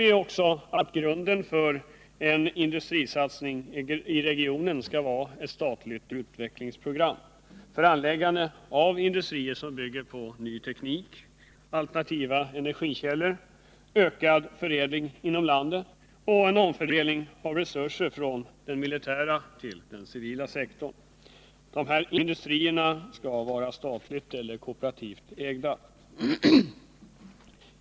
Där säger vi att grunden för en industrisatsning i regionen skall vara ett statligt utvecklingsprogram för anläggande av industrier som bygger på ny teknik, alternativa energikällor, ökad förädling inom landet och en omfördelning av resurser från den militära till den civila sektorn. Dessa industrier skall vara statligt eller kooperativt ägda.